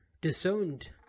disowned